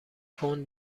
پوند